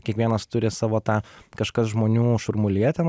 kiekvienas turi savo tą kažkas žmonių šurmulyje ten